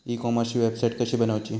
E कॉमर्सची website कशी बनवची?